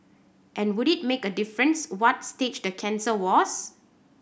and would it make a difference what stage the cancer was